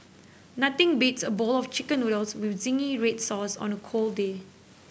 nothing beats a bowl of chicken noodles with zingy red sauce on a cold day